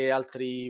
altri